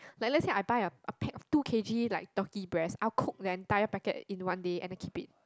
like lets say I but a a pack of two K_G like turkey breast I'll cook the entire packet in one and I keep it